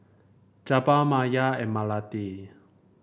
Jebat Maya and Melati